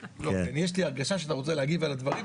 יש לי הרגשה שאתה רוצה להגיב על הדברים